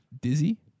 Dizzy